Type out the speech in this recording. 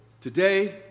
Today